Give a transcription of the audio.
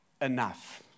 enough